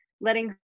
letting